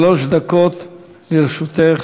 שלוש דקות לרשותך,